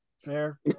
Fair